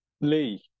Lee